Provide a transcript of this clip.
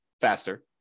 faster